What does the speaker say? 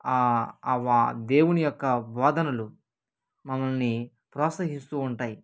ఆ వా దేవుని యొక్క వాదనలు మమ్మల్ని ప్రోత్సహిస్తూ ఉంటాయి